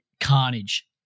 carnage